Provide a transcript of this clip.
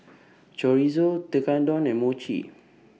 Chorizo Tekkadon and Mochi